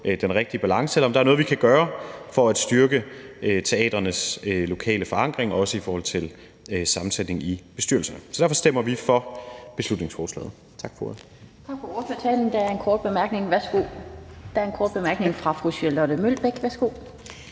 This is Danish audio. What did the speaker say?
den rigtige balance, eller om der er noget, vi kan gøre for at styrke teatrenes lokale forankring, også i forhold til sammensætningen i bestyrelserne. Så derfor stemmer vi for beslutningsforslaget. Tak for ordet.